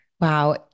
Wow